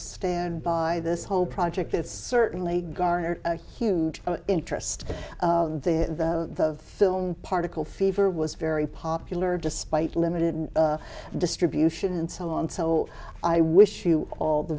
stand by this whole project it's certainly garnered a huge interest of the film particle fever was very popular despite limited distribution and so on and so i wish you all the